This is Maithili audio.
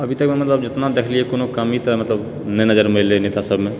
अभी तकमे मतलब जितना देखलिए कोनो कमी तऽ मतलब नहि नजरिमे एलेै हँ नेता सबमे